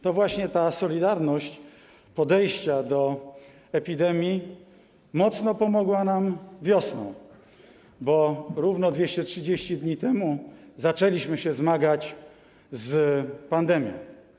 To właśnie ta solidarność w podejściu do epidemii mocno pomogła nam wiosną, bo równo 230 dni temu zaczęliśmy się zmagać z pandemią.